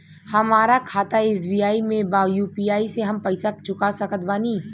हमारा खाता एस.बी.आई में बा यू.पी.आई से हम पैसा चुका सकत बानी?